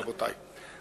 רבותי,